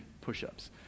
push-ups